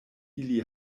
ili